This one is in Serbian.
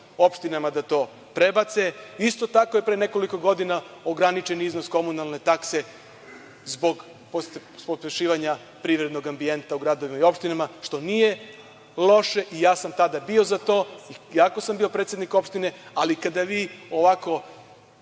opštinama da to prebace. Isto tako je pre nekoliko godina ograničen iznos komunalne takse zbog pospešivanja privrednog ambijenta u gradovima i opštinama, što nije loše, i ja sam tada bio za to, iako sam bio predsednik opštine, ali kada vi ovako